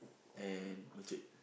and matured